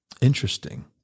Interesting